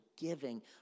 giving